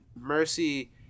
Mercy